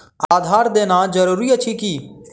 आधार देनाय जरूरी अछि की?